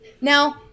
Now